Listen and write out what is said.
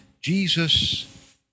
Jesus